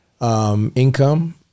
income